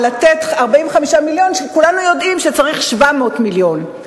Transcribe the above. לתת 45 מיליון כשכולנו יודעים שצריך 700 מיליון.